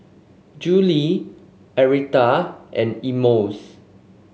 Judyth Aretha and Emmons